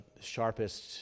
sharpest